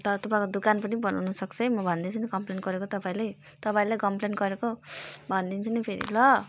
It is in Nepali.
त तपाईँको दोकान पनि बन्द हुनु सक्छ है म भन्दैछु नि कम्प्लेन गरेको तपाईँले तपाईँलाई कम्प्लेन गरेको भन्दिन्छु नि फेरि ल